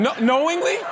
Knowingly